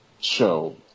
show